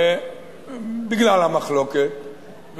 בגלל המחלוקת,